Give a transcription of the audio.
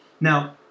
Now